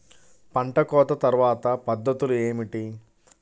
పంట కోత తర్వాత పద్ధతులు ఏమిటి?